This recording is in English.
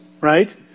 right